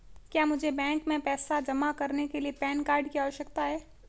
क्या मुझे बैंक में पैसा जमा करने के लिए पैन कार्ड की आवश्यकता है?